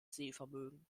sehvermögen